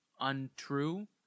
untrue